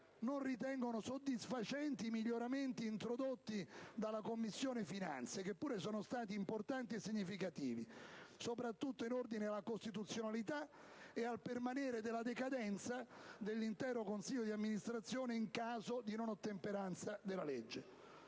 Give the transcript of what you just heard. non ritengono soddisfacenti i miglioramenti introdotti dalla Commissione finanze, che pure sono stati importanti e significativi, soprattutto in ordine alla costituzionalità e al permanere della decadenza dell'intero consiglio di amministrazione in caso di non ottemperanza della legge.